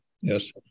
yes